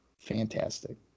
Fantastic